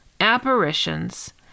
apparitions